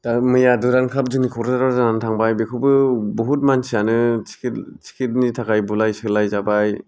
दा मैया दुरान्ड काप दिनै कक्राझाराव जानानै थांबाय बेखौबो बहुथ मानसियानो टिकेट टिकेट नि थाखाय बुलाय सोलाय जाबाय